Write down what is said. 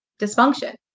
dysfunction